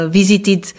visited